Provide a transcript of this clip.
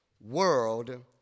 world